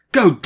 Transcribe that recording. Go